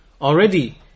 already